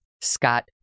Scott